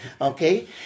Okay